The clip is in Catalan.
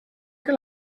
que